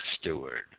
steward